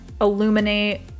illuminate